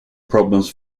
problems